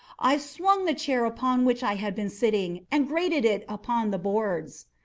i swung the chair upon which i had been sitting, and grated it upon the boards,